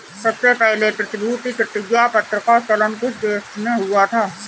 सबसे पहले प्रतिभूति प्रतिज्ञापत्र का चलन किस देश में हुआ था?